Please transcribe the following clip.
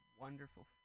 wonderful